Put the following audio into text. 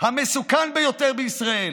המסוכן ביותר בישראל,